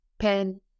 pen